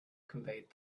conveyed